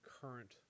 current